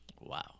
Wow